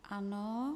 Ano.